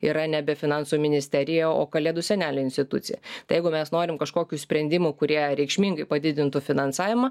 yra nebe finansų ministerija o kalėdų senelio institucija tai jeigu mes norim kažkokių sprendimų kurie reikšmingai padidintų finansavimą